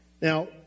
Now